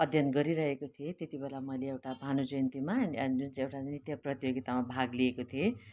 अध्ययन गरि रहेको थिएँ त्यति बेला मैले एउटा भानु जयन्तीमा जुन चाहिँ एउटा नृत्य प्रतियोगितामा भाग लिएको थिएँ